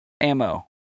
ammo